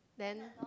then